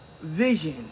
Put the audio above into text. vision